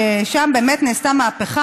ששם באמת נעשתה מהפכה.